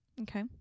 Okay